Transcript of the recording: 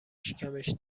شکمش